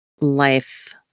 life